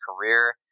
career